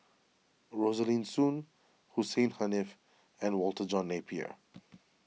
Rosaline Soon Hussein Haniff and Walter John Napier